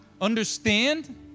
understand